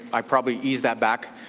i probably eased that back.